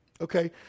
Okay